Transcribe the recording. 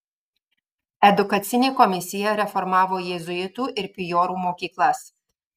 edukacinė komisija reformavo jėzuitų ir pijorų mokyklas